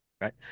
right